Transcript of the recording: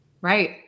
Right